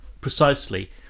precisely